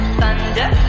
thunder